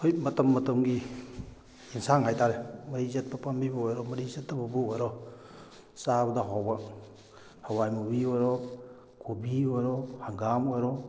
ꯍꯧꯖꯤꯛ ꯃꯇꯝ ꯃꯇꯝꯒꯤ ꯑꯦꯟꯁꯥꯡ ꯍꯥꯏꯇꯥꯔꯦ ꯃꯔꯤ ꯆꯠꯄ ꯄꯥꯝꯕꯤꯕꯨ ꯑꯣꯏꯔꯣ ꯃꯔꯤ ꯆꯠꯇꯕꯕꯨ ꯑꯣꯏꯔꯣ ꯆꯥꯕꯗ ꯍꯥꯎꯕ ꯍꯋꯥꯏ ꯃꯨꯕꯤ ꯑꯣꯏꯔꯣ ꯀꯣꯕꯤ ꯑꯣꯏꯔꯣ ꯍꯪꯒꯥꯝ ꯑꯣꯏꯔꯣ